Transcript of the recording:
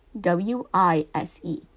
W-I-S-E